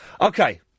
Okay